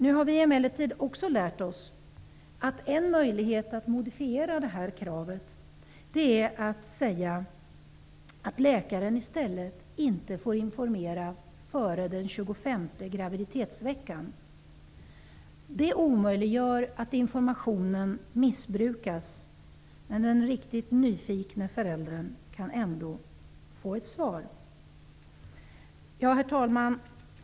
Nu har vi emellertid också lärt oss att en möjlighet att modifiera det här kravet är att säga att läkaren inte får informera före den 25 graviditetsveckan. Det omöjliggör att informationen missbrukas, men den riktigt nyfikne blivande föräldern kan ändå få ett svar. Herr talman!